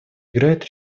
играет